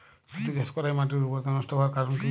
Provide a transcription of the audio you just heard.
তুতে চাষ করাই মাটির উর্বরতা নষ্ট হওয়ার কারণ কি?